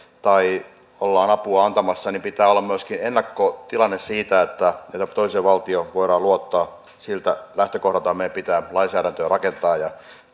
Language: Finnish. tai ollaan apua antamassa niin pitää olla myöskin ennakkotilanne siitä että toiseen valtioon voidaan luottaa siltä lähtökohdalta meidän pitää lainsäädäntöä rakentaa ja